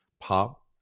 pop